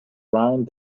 round